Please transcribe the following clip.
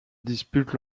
dispute